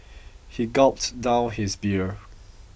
he gulped down his beer